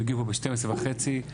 הם הגיעו לפה ב-12:30.